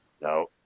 No